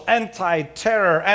anti-terror